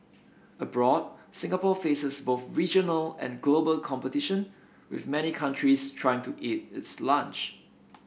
abroad Singapore faces both regional and global competition with many countries trying to eat its lunch